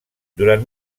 durant